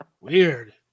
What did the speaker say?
Weird